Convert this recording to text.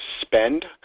spend